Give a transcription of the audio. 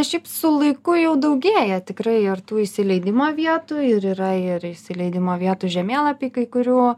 šiaip su laiku jau daugėja tikrai ir tų įsileidimo vietų ir yra ir įsileidimo vietų žemėlapiai kai kurių